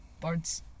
Birds